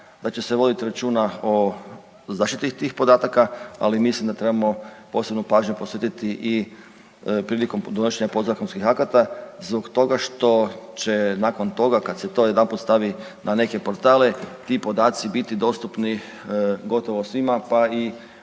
da će se vodit računa o zaštiti tih podataka, ali mislim da trebamo posebnu pažnju posvetiti i prilikom donošenja podzakonskih akata zbog toga što će nakon toga kad se to jedanput stavi na neke portale ti podaci biti dostupni gotovo svima, pa i